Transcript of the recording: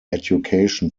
education